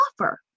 offer